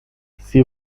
sie